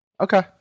Okay